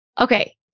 Okay